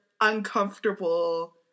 uncomfortable